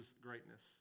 greatness